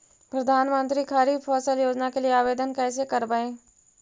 प्रधानमंत्री खारिफ फ़सल योजना के लिए आवेदन कैसे करबइ?